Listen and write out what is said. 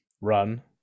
run